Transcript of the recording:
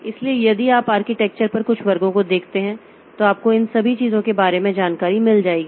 इसलिए यदि आप आर्किटेक्चर पर कुछ वर्गों को देखते हैं तो आपको इन सभी चीजों के बारे में जानकारी मिल जाएगी